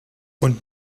und